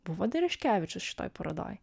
buvo dereškevičius šitoj parodoj